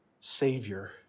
Savior